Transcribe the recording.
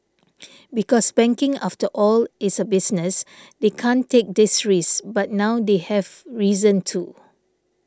because banking after all is a business they can't take these risks but now they have reason to